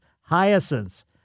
hyacinths